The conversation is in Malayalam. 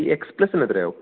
ഈ എക്സ് പ്ലസ്സിന് എത്രയാവും